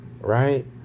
right